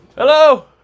Hello